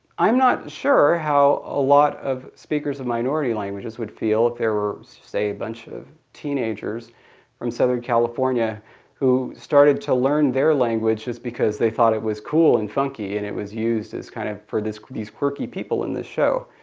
i'm not sure how a lot of speakers of minority languages would feel if there were, say, a bunch of teenagers from southern california who started to learn their language just because they thought it was cool, and funky, and it was used kind of for these quirky people in this show.